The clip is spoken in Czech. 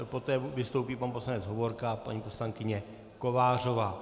Poté vystoupí pan poslanec Hovorka a paní poslankyně Kovářová.